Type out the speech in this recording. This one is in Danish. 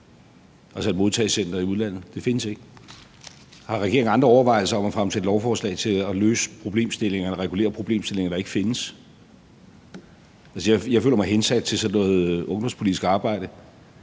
findes: et modtagecenter i udlandet. Det findes ikke. Har regeringen andre overvejelser om at fremsætte lovforslag til at løse problemstillinger og regulere problemstillinger, der ikke findes? Jeg føler mig hensat til sådan noget ungdomspolitisk arbejde,